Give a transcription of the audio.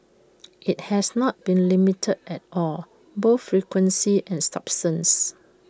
IT has not been limited at all both frequency and substance